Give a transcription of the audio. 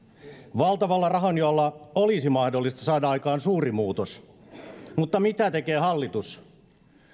valtavalla rahanjaolla olisi mahdollista saada aikaan suuri muutos mutta mitä tekee hallitus